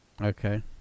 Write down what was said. Okay